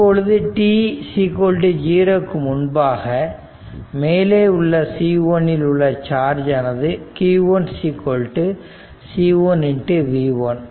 இப்பொழுது t0 இக்கு முன்பாக மேலே உள்ள பிளேட் C1 இல் உள்ள சார்ஜ் ஆனது q 1 C1 v1